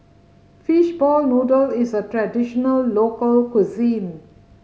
fishball noodle is a traditional local cuisine